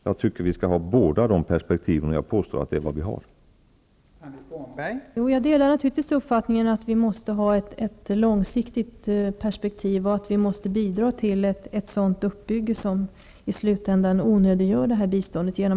Jag tycker att vi skall ha båda dessa perspektiv, och jag vill påstå att vi också har det.